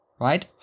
right